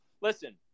listen